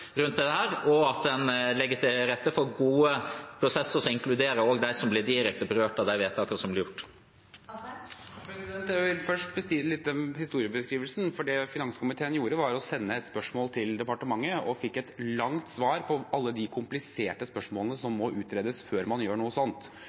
rundt dette, og at en legger til rette for gode prosesser, som også inkluderer dem som blir direkte berørt av de vedtakene som blir fattet. Jeg vil først si litt om den historieskrivingen, for det finanskomiteen gjorde, var å sende et spørsmål til departementet. Vi fikk så et langt svar på alle de kompliserte spørsmålene som